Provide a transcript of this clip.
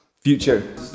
Future